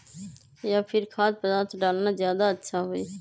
या फिर खाद्य पदार्थ डालना ज्यादा अच्छा होई?